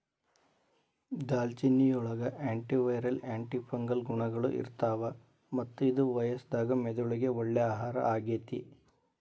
ದಾಲ್ಚಿನ್ನಿಯೊಳಗ antiviral, antifungal ಗುಣಗಳು ಇರ್ತಾವ, ಮತ್ತ ಇದು ವಯಸ್ಸಾದ ಮೆದುಳಿಗೆ ಒಳ್ಳೆ ಆಹಾರ ಆಗೇತಿ